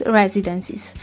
residences